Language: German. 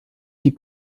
die